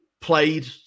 played